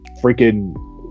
freaking